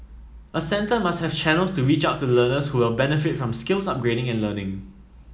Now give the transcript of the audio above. a centre must have channels to reach out to learners who will benefit from skills upgrading and learning